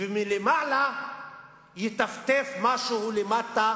ומלמעלה יטפטף משהו למטה